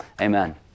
Amen